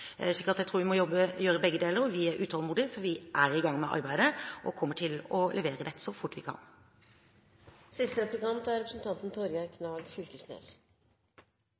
slik sak. Så jeg tror vi må gjøre begge deler, og vi er utålmodige, så vi er i gang med arbeidet og kommer til å levere dette så fort vi kan.